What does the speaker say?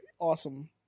awesome